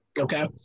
Okay